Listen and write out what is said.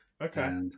Okay